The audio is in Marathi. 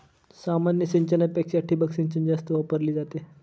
सामान्य सिंचनापेक्षा ठिबक सिंचन जास्त वापरली जाते